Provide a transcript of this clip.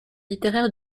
littéraires